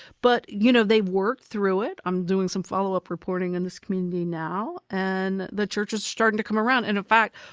but you know they worked through it. i'm doing some follow up reporting on this community now, and the churches are starting to come around. and in fact,